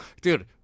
Dude